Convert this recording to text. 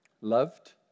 loved